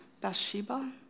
Bathsheba